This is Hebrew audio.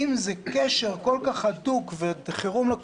אם זה קשר כל כך הדוק לקורונה ובחירום,